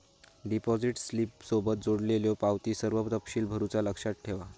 deposit स्लिपसोबत जोडलेल्यो पावतीत सर्व तपशील भरुचा लक्षात ठेवा